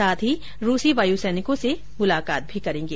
साथ ही रूसी वायुसैनिकों से मुलाकात भी करेंगे